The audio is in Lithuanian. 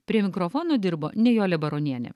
prie mikrofono dirbo nijolė baronienė